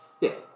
Yes